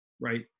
right